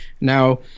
Now